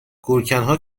گورکنها